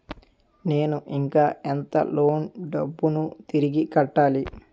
నేను ఇంకా ఎంత లోన్ డబ్బును తిరిగి కట్టాలి?